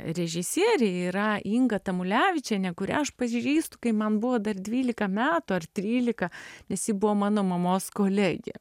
režisierė yra inga tamulevičienė kurią aš pažįstu kai man buvo dar dvylika metų ar trylika nes ji buvo mano mamos kolegė